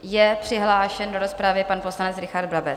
Je přihlášen do rozpravy pan poslanec Richard Brabec.